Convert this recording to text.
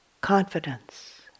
confidence